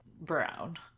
brown